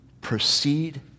proceed